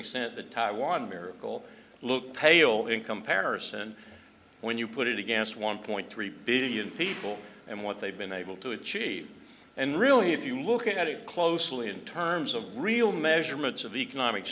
sent the taiwan miracle look pale in comparison when you put it against one point three billion people and what they've been able to achieve and really if you look at it closely in terms of real measurements of the economic